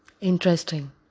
Interesting